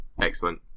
Excellent